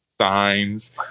signs